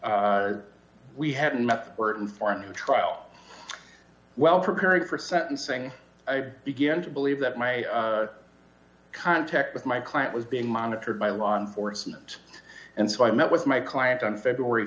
we hadn't met burton for a new trial well preparing for sentencing i begin to believe that my contact with my client was being monitored by law enforcement and so i met with my client on february